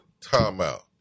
timeout